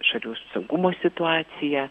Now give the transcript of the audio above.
šalių saugumo situacija